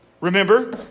Remember